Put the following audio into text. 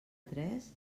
tres